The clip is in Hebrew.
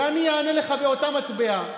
ואני אענה לך באותה מטבע.